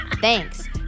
thanks